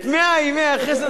את מאה ימי החסד,